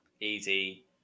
easy